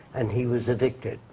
and he was evicted.